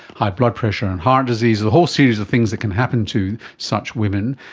high blood pressure and heart disease, a whole series of things that can happen to such women.